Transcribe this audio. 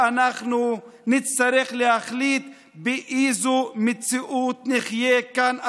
ואנחנו נצטרך להחליט באיזו מציאות נחיה כאן אחריה,